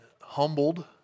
humbled